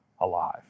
alive